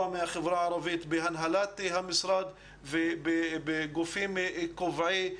מהחברה הערבית בהנהלת המשרד ובגופים קובעי מדיניות.